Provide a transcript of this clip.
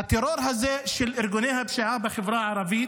הטרור של ארגוני הפשיעה בחברה הערבית,